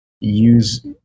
use